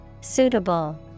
Suitable